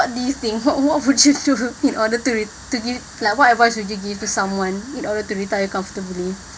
do you think what what would you do in order to to give like what advice would you give to someone in order to retire comfortably